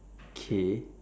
K